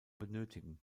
benötigen